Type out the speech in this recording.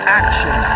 action